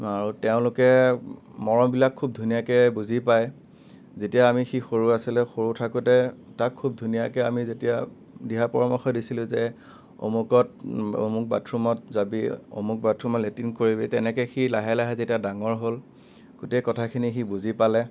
আৰু তেওঁলোকে মৰমবিলাক খুব ধুনীয়াকৈ বুজি পায় যেতিয়া আমি সি সৰু আছিলে সৰু থাকোতে তাক খুব ধুনীয়াকৈ আমি যেতিয়া দিহা পৰামৰ্শ দিছিলো যে অমুকত অমুক বাথৰুমত যাবি অমুক বাথৰুমত লেট্ৰিন কৰিবি তেনেকৈ সি লাহে লাহে যেতিয়া ডাঙৰ হ'ল গোটেই কথাখিনি সি বুজি পালে